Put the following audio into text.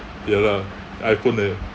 ya lah iphone eh